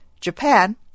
Japan